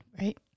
Right